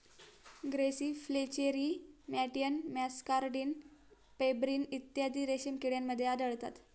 grasserie flacherie मॅटियन muscardine pebrine इत्यादी रेशीम किड्यांमध्ये आढळतात